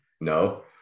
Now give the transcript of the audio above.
No